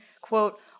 quote